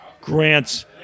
grants